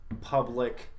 public